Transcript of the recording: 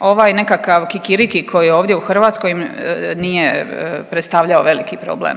ovaj nekakav kikiriki koji je ovdje u Hrvatskoj im nije predstavljao veliki problem.